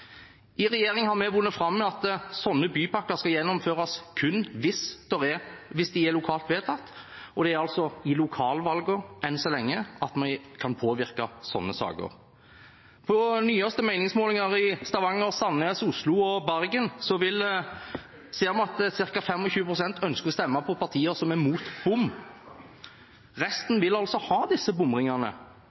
I regjering har vi vunnet fram med at slike bypakker kun skal gjennomføres hvis de er lokalt vedtatt, og enn så lenge er det i lokalvalgene vi kan påvirke slike saker. På de nyeste meningsmålingene i Stavanger, Sandnes, Oslo og Bergen ser vi at ca. 25 pst. ønsker å stemme på partier som er imot bom. Resten vil altså ha disse bomringene,